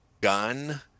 gun